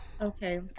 okay